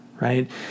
Right